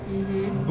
mmhmm